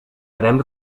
farem